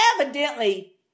evidently